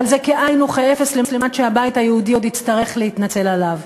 אבל זה כאין וכאפס לעומת מה שהבית היהודי עוד יצטרך להתנצל עליו.